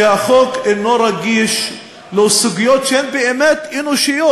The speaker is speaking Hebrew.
שהחוק אינו רגיש לסוגיות שהן באמת אנושיות,